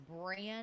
brand